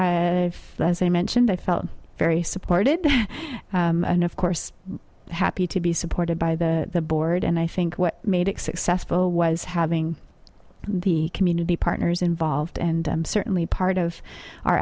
the as i mentioned i felt very supported and of course happy to be supported by the board and i think what made it successful was having the community partners involved and certainly part of our